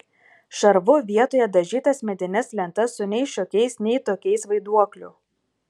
šarvu vietoje dažytas medines lentas su nei šiokiais nei tokiais vaiduokliu